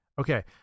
Okay